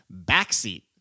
backseat